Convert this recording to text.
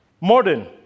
Modern